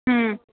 ह्म्